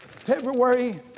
February